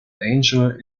angel